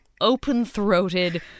open-throated